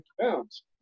pounds